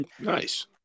nice